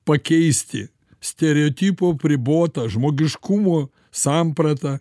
pakeisti stereotipo apribotą žmogiškumo sampratą